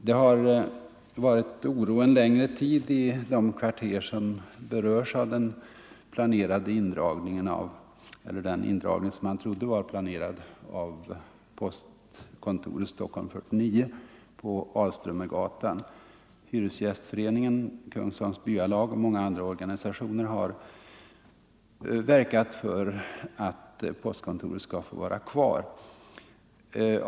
Det har varit oro en längre tid i de kvarter som berörs av den indragning, som man trodde redan var beslutad, av postanstalten Stockholm 49 på Alströmergatan. Hyresgästföreningen, Kungsholms byalag och många andra organisationer har verkat för att postkontoret skall få vara kvar.